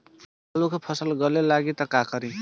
आलू के फ़सल गले लागी त का करी?